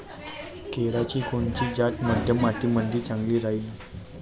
केळाची कोनची जात मध्यम मातीमंदी चांगली राहिन?